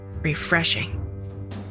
Refreshing